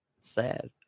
Sad